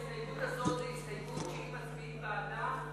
ההסתייגות הזאת היא הסתייגות שאם מצביעים בעדה,